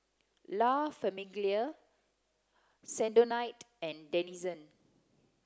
La Famiglia Sensodyne and Denizen